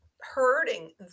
hurting